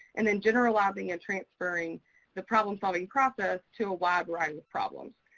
and then generalizing and transferring the problem-solving process to a wide variety of problems.